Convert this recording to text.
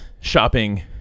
shopping